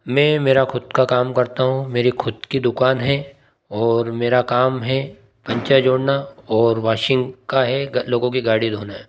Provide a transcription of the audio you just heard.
मैं मेरा खुद का काम करता हूँ मेरी खुद की दुकान है और मेरा काम है कंचे जोड़ना और वाशिंग का है लोगों की गाड़ी धोना